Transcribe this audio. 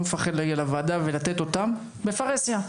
מפחד להגיע לוועדה ולתת אותם בפרהסיה,